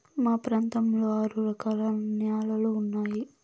మా ప్రాంతంలో ఆరు రకాల న్యాలలు ఉన్నాయి